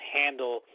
handle